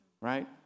right